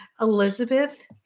Elizabeth